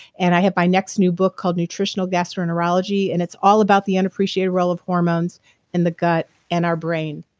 and i have my next new book called nutritional gastroenterology and it's all about the unappreciated role of hormones in the gut and our brain.